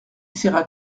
serra